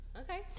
Okay